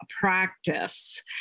practice